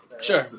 Sure